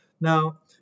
Now